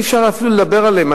אי-אפשר אפילו לדבר עליהם,